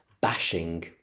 bashing